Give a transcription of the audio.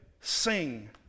sing